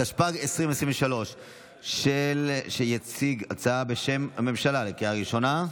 התשפ"ג 2023. הצעה בשם הממשלה לקריאה ראשונה,